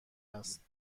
است